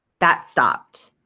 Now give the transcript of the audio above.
that stopped.